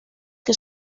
que